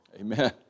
Amen